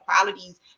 qualities